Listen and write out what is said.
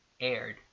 aired